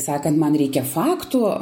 sakant man reikia faktų